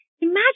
Imagine